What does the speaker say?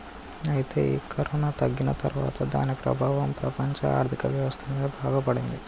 అయితే ఈ కరోనా తగ్గిన తర్వాత దాని ప్రభావం ప్రపంచ ఆర్థిక వ్యవస్థ మీద బాగా పడింది